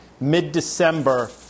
mid-December